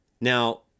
Now